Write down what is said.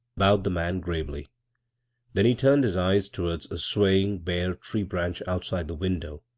bowed the man gravely then he turned his eyes towards a swaying bare tree-branch outside the window,